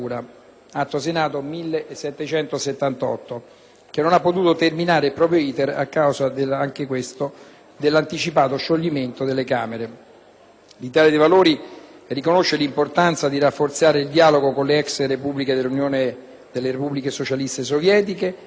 L'Italia dei Valori riconosce l'importanza di rafforzare il dialogo con le ex Repubbliche dell'URSS di cui il Tagikistan rappresenta l'unica con le quali non sia stata ancora suggellata una *partnership* economica e politica.